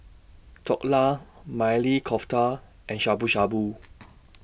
Dhokla Maili Kofta and Shabu Shabu